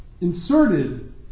inserted